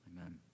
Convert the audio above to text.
Amen